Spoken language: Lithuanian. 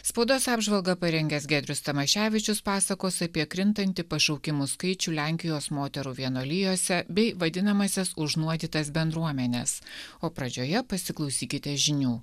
spaudos apžvalgą parengęs giedrius tamaševičius pasakos apie krintantį pašaukimų skaičių lenkijos moterų vienuolijose bei vadinamąsias užnuodytas bendruomenes o pradžioje pasiklausykite žinių